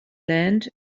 land